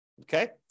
Okay